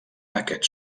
aquests